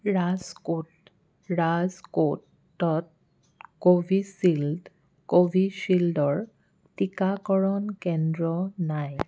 ৰাজকোটত কোভিচিল্ডৰ টীকাকৰণ কেন্দ্ৰ নাই